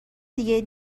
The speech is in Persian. دیگه